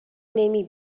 نمی